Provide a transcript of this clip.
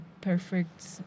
perfect